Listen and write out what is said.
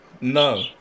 No